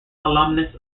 alumnus